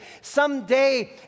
someday